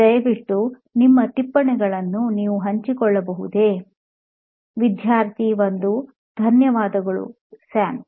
ದಯವಿಟ್ಟು ನಿಮ್ಮ ಟಿಪ್ಪಣಿಗಳನ್ನು ನೀವು ಹಂಚಿಕೊಳ್ಳಬಹುದೇ ವಿದ್ಯಾರ್ಥಿ 1 ಧನ್ಯವಾದಗಳು ಸ್ಯಾಮ್